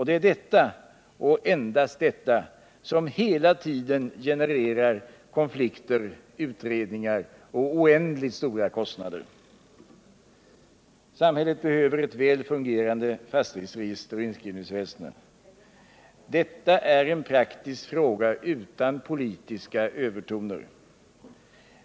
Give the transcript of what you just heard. Det är detta, och endast detta, som hela tiden genererar konflikter, utredningar och oändligt stora kostnader. Samhället behöver ett väl fungerande fastighetsregisteroch inskrivningsväsende. Detta är en praktisk fråga utan politiska övertoner.